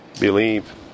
believe